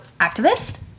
activist